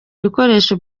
ibikoresho